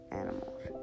animals